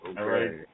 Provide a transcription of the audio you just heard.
Okay